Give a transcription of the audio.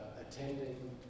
attending